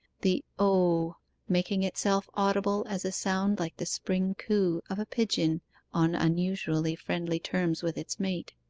the o making itself audible as a sound like the spring coo of a pigeon on unusually friendly terms with its mate.